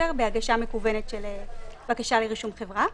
בהגשה מקוונת של בקשה לרישום חברה.